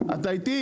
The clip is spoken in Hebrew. אתה איתי?